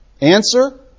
Answer